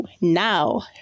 now